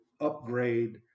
upgrade